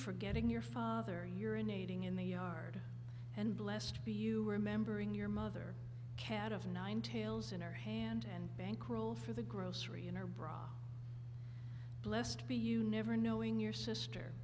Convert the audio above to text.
forgetting your father urinating in the yard and blessed be you remembering your mother cat of nine tails in her hand and bankroll for the grocery in her bra blessed be you never knowing your sister